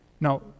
Now